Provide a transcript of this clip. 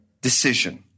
decision